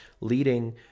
leading